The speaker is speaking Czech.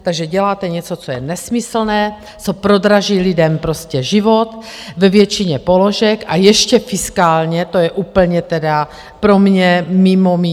Takže děláte něco, co je nesmyslné, co prodraží lidem život ve většině položek a ještě fiskálně, to je úplně tedy pro mě mimo mísu.